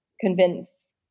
convince